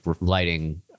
lighting